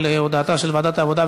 על הודעתה של ועדת העבודה,